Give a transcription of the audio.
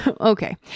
Okay